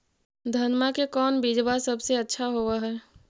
धनमा के कौन बिजबा सबसे अच्छा होव है?